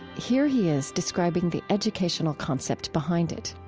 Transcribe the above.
here he is describing the educational concept behind it